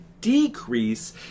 decrease